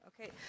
Okay